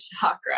chakra